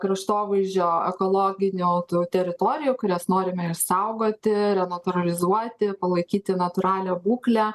kraštovaizdžio ekologinio tų teritorijų kurias norime išsaugoti renatūralizuoti palaikyti natūralią būklę